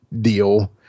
deal